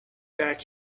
back